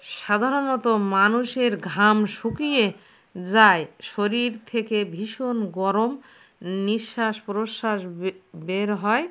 সাধারণত মানুষের ঘাম শুকিয়ে যায় শরীর থেকে ভীষণ গরম নিঃশ্বাস প্রশ্বাস বের হয়